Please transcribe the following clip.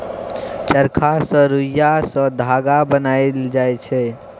चरखा सँ रुइया सँ धागा बनाएल जाइ छै